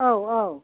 औ औ